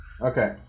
Okay